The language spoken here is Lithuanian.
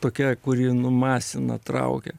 tokia kuri nu masina traukia